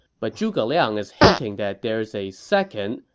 but zhuge liang is hinting that there's a second,